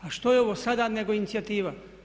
A što je ovo sada nego inicijativa?